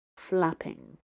flapping